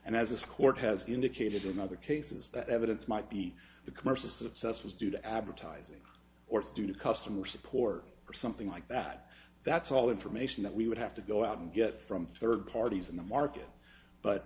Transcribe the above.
and as this court has indicated in other cases that evidence might be the commercial success was due to advertising or student customer support or something like that that's all information that we would have to go out and get from third parties in the market but